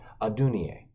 Adunie